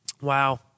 wow